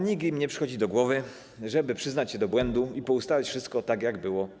Nigdy nie przychodzi im do głowy, żeby przyznać się do błędu i poustawiać wszystko tak jak było.